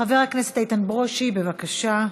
חבר הכנסת איתן ברושי, בבקשה.